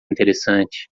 interessante